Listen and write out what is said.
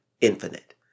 infinite